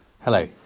Hello